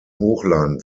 hochland